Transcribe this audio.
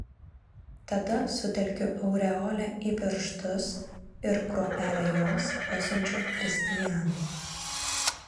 tada sutelkiu aureolę į pirštus ir kruopelę jos pasiunčiu kristianui